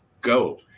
go